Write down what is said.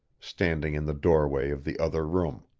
standing in the doorway of the other room.